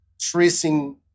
tracing